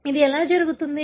ఇది ఎలా జరుగుతుంది